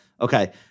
Okay